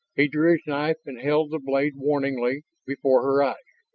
he drew his knife and held the blade warningly before her eyes.